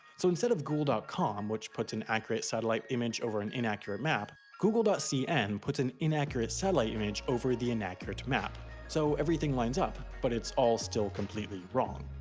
so instead of google ah com, which puts an accurate satellite image over an inaccurate map, google but cn puts an inaccurate satellite image over the inaccurate map. so everything lines up, but it's all still completely wrong.